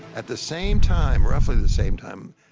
at the same time, roughly the same time,